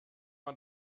man